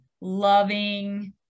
Loving